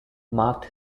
marked